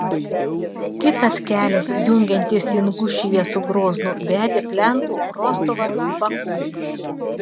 kitas kelias jungiantis ingušiją su groznu vedė plentu rostovas baku